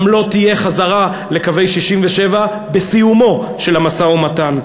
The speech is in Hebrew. גם לא תהיה חזרה לקווי 67' בסיומו של המשא-ומתן.